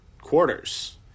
quarters